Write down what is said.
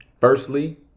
Firstly